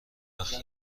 وقت